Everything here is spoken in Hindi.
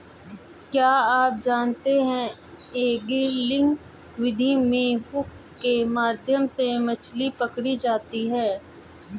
क्या आप जानते है एंगलिंग विधि में हुक के माध्यम से मछली पकड़ी जाती है